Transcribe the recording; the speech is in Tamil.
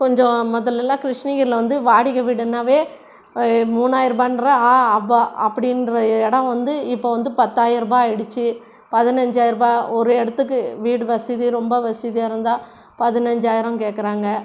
கொஞ்சம் முதல்லலாம் கிருஷ்ணகிரியில வந்து வாடகை வீடுன்னாவே மூணாயரூபான்ற அ அவ்வா அப்படின்ற இடம் வந்து இப்போ வந்து பத்தாயரூபா ஆயிடுச்சு பதினஞ்சாயரூபா ஒரு இடத்துக்கு வீடு வசதி ரொம்ப வசதியாக இருந்தால் பதினஞ்சாயிரம் கேட்குறாங்க